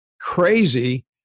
crazy